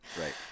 Right